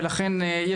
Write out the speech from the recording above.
ולכן,